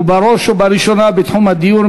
ובראש ובראשונה בתחום הדיור,